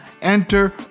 Enter